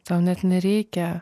tau net nereikia